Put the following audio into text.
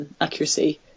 accuracy